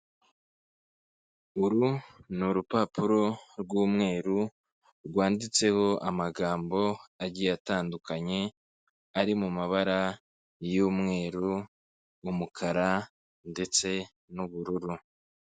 Uru ni urupapuro rw'umweru rwanditseho amagambo agiye atandukanye ari mu mabara y'umweru, umukara ndetse n'ubururu.